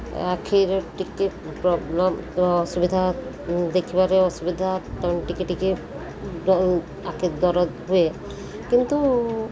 ଆଖିରେ ଟିକିଏ ପ୍ରୋବ୍ଲମ୍ ଅସୁବିଧା ଦେଖିବାରେ ଅସୁବିଧା ଟିକିଏ ଟିକିଏ ଆଖି ଦରଦ ହୁଏ କିନ୍ତୁ